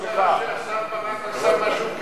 השר ברק עשה משהו כן,